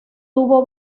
tuvo